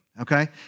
Okay